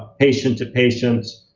patient to patients.